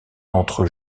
entre